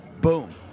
Boom